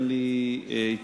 אין לי התנגדות,